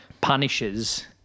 punishes